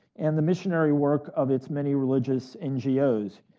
and the missionary work of its many religious ngos.